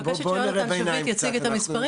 אני מבקשת שיהונתן שביט יציג את המספרים